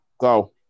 Go